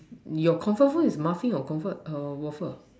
your comfort food is muffin or comfort err waffle